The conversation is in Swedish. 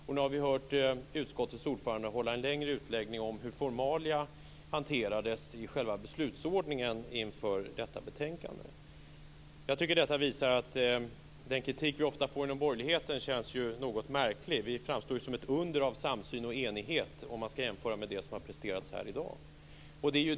Och nu har vi hört utskottets ordförande hålla en längre utläggning om hur formalia hanterades i själva beslutsordningen inför detta betänkande. Jag tycker att detta gör att den kritik som vi ofta får inom borgerligheten känns något märklig. Vi framstår ju som ett under av samsyn och enighet, om man skall jämföra med det som har presterats här i dag.